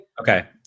okay